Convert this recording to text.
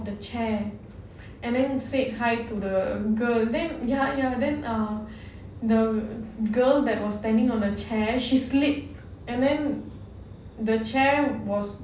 the chair and then said hi to the girl then ya ya then ah the girl that was standing on the chair she slipped and then the chair was